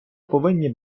повинні